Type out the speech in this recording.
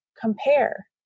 compare